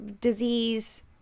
disease